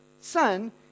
son